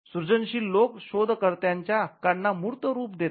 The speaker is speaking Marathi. सृजनशील लोक शोधकर्त्यांच्या हक्कांना मूर्त रूप देतात